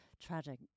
Tragic